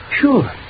Sure